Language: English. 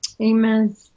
Amen